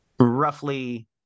Roughly